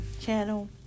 channel